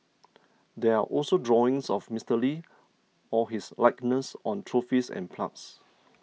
there are also drawings of Mister Lee or his likeness on trophies and plagues